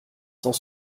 cent